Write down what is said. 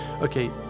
okay